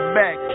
back